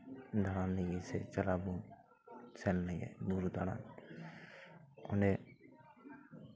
ᱫᱟᱬᱟᱱ ᱞᱟᱹᱜᱤᱫ ᱥᱮ ᱪᱟᱞᱟᱜ ᱟᱵᱚ ᱥᱮᱱ ᱞᱮᱱᱜᱮ ᱵᱩᱨᱩ ᱫᱟᱬᱟᱱ ᱚᱸᱰᱮ